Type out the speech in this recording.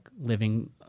living